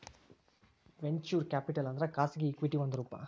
venture capital ಅಂದ್ರ ಖಾಸಗಿ equity ಒಂದ್ ರೂಪ